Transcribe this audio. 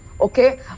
Okay